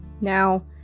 Now